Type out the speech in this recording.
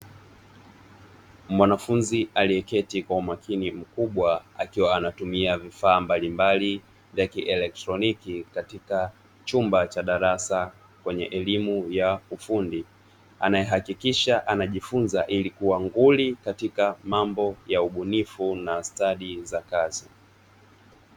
Mwanafunzi aliyeketi kwa umakini mkubwa akiwa anatumia vifaa mbalimbali vya kieletroniki, katika chumba cha darasa kwenye elimu ya ufundi, anayehakikisha anajifunza ili kuwa nguli katika mambo ya ubunifu na stadi za kazi.